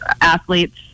athletes